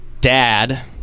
dad